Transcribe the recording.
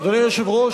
טרוריסט.